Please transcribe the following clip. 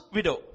Widow